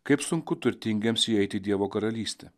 kaip sunku turtingiems įeit į dievo karalystę